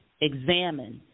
examine